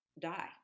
die